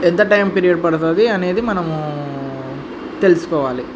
ఎంత time period పడుతుంది అనేది మనము తెలుసుకోవాలి